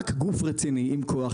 רק גוף רציני עם כוח,